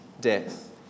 death